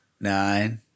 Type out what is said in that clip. Nine